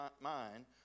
mind